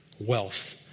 Wealth